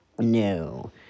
No